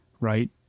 right